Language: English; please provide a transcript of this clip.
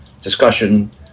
discussion